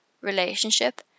relationship